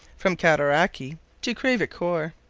from cataraqui to crevecoeur.